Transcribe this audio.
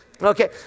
Okay